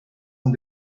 ont